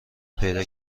پیدا